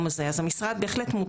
אז אתה נהיה יותר סובלני והראש שלך נפתח